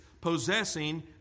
possessing